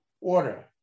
order